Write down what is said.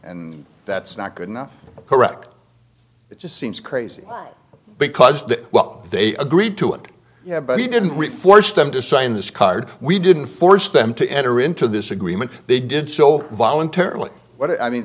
and that's not good enough correct it just seems crazy because the well they agreed to it but he didn't force them to sign this card we didn't force them to enter into this agreement they did so voluntarily what i mean